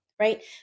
right